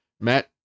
Matt